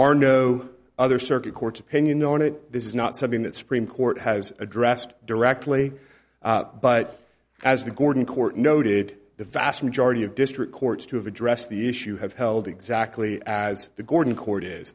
are no other circuit court's opinion on it this is not something that supreme court has addressed directly but as the gordon court noted the vast majority of district courts to have addressed the issue have held exactly as the gordon court is